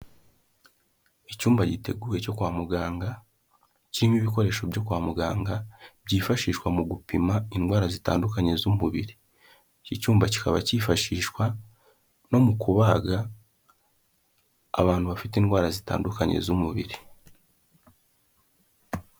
Icyumba giteguye cyo kwa muganga, kirimo ibikoresho byo kwa muganga byifashishwa mu gupima indwara zitandukanye z'umubiri, iki cyumba kikaba cyifashishwa no mu kubaga abantu bafite indwara zitandukanye z'umubiri.